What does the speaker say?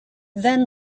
then